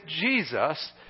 Jesus